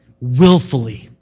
willfully